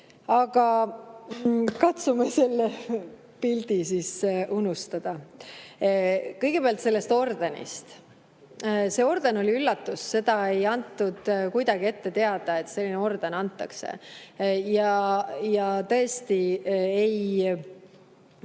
katsume selle pildi unustada. Kõigepealt sellest ordenist. See orden oli üllatus. Seda ei antud kuidagi ette teada, et selline orden antakse. Ja tõesti,